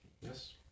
Yes